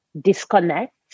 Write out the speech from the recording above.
disconnect